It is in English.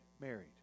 married